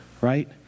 right